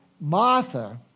Martha